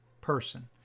person